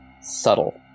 subtle